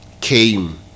came